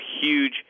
huge